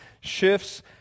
shifts